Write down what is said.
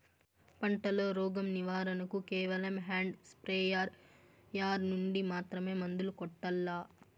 పంట లో, రోగం నివారణ కు కేవలం హ్యాండ్ స్ప్రేయార్ యార్ నుండి మాత్రమే మందులు కొట్టల్లా?